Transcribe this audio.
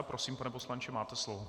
Prosím, pane poslanče, máte slovo.